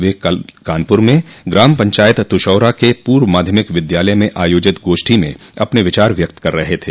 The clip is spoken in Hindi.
वे कल कानपुर में ग्राम पंचायत तुषौरा के पूर्व माध्यमिक विद्यालय में आयोजित गोष्ठी में अपने विचार व्यक्त कर रहे थे